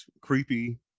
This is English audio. creepy